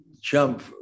jump